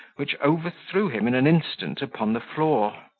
which overthrew him in an instant upon the floor.